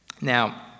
Now